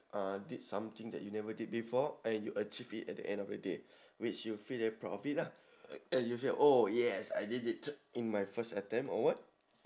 uh did something that you never did before and you achieve it at the end of the day which you feel very proud of it lah like and you say oh yes I did it in my first attempt or what